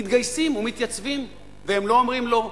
מתגייסים ומתייצבים, והם לא אומרים לא.